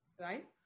Right